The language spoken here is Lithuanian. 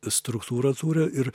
struktūrą turi ir